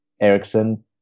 Ericsson